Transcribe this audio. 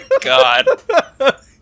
God